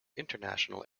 international